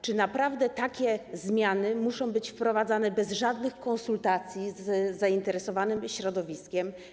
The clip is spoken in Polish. Czy naprawdę takie zmiany muszą być wprowadzane bez żadnych konsultacji z zainteresowanym środowiskiem?